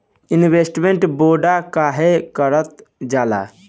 Investment bond काहे कारल जाला?